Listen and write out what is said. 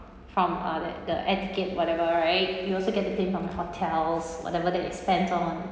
from uh like the air ticket whatever right you also get to claim from hotels whatever that you spent on